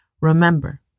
Remember